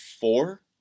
four